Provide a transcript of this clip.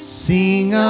sing